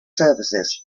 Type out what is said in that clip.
services